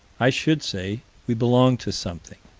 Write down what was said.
i should say we belong to something